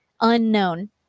Unknown